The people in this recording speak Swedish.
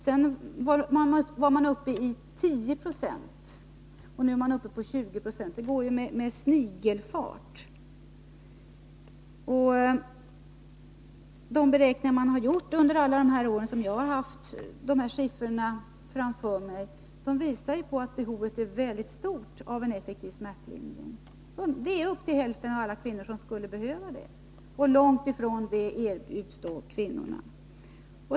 Sedan var man uppe i 10 26, och nu 20 26. Det går ju med snigelfart! De beräkningar man har gjort under alla de år som jag har haft de här siffrorna framför mig visar att behovet av en effektiv smärtlindring är mycket stort. Upp till hälften av alla kvinnor skulle behöva det, men långt ifrån så många erbjuds det.